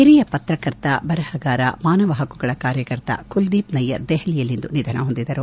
ಹಿರಿಯ ಪತ್ರಕರ್ತ ಬರಹಗಾರ ಮಾನವ ಹಕ್ಕುಗಳ ಕಾರ್ಯಕರ್ತ ಕುಲದೀಪ್ ನಯ್ಲರ್ ದೆಹಲಿಯಲ್ಲಿಂದು ನಿಧನ ಹೊಂದಿದರು